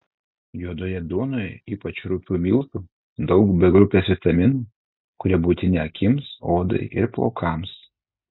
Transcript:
juodoje duonoje ypač rupių miltų daug b grupės vitaminų kurie būtini akims odai ir plaukams